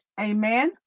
Amen